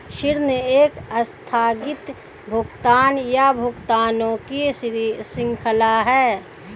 ऋण एक आस्थगित भुगतान, या भुगतानों की श्रृंखला है